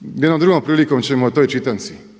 Jednom drugom prilikom ćemo o toj čitanci,